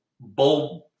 bold